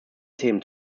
themen